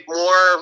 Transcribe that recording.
more